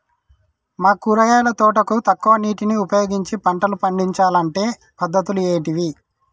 మా కూరగాయల తోటకు తక్కువ నీటిని ఉపయోగించి పంటలు పండించాలే అంటే పద్ధతులు ఏంటివి?